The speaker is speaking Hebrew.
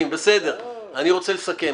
אני רוצה לסכם: